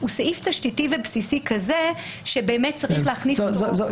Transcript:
הוא סעיף תשתיתי ובסיסי כזה שבאמת צריך להכניס אותו לחוק היסוד.